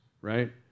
Right